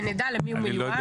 שנדע למי הוא מיועד.